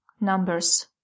Numbers